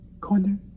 corner